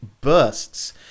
bursts